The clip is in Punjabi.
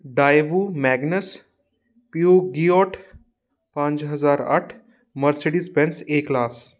ਡਈਵੂ ਮੈਗਨਸ ਪਿਊਗਿਓਟ ਪੰਜ ਹਜ਼ਾਰ ਅੱਠ ਮਰਸਿਡੀਜ਼ ਪੈਨਸ ਏ ਕਲਾਸ